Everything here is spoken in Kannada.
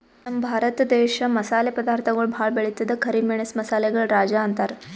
ನಮ್ ಭರತ ದೇಶ್ ಮಸಾಲೆ ಪದಾರ್ಥಗೊಳ್ ಭಾಳ್ ಬೆಳಿತದ್ ಕರಿ ಮೆಣಸ್ ಮಸಾಲೆಗಳ್ ರಾಜ ಅಂತಾರ್